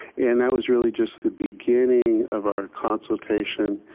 and that was really just the beginning of our consultation.